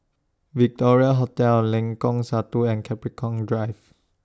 Victoria Hotel Lengkong Satu and Capricorn Drive